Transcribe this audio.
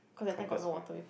Compass-Point